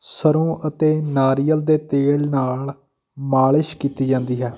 ਸਰ੍ਹੋਂ ਅਤੇ ਨਾਰੀਅਲ ਦੇ ਤੇਲ ਨਾਲ ਮਾਲਿਸ਼ ਕੀਤੀ ਜਾਂਦੀ ਹੈ